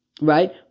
Right